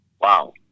wow